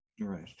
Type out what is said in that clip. Right